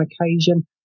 occasion